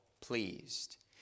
pleased